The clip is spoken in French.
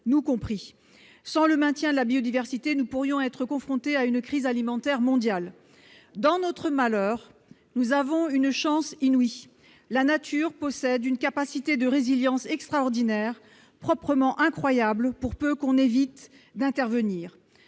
nous compris. Sans le maintien de la biodiversité, nous pourrions être confrontés à une crise alimentaire mondiale. Dans notre malheur, nous avons une chance inouïe : la nature possède une capacité de résilience extraordinaire, proprement incroyable, pour peu qu'on évite d'intervenir.